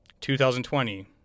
2020